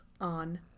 on